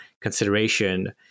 consideration